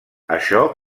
això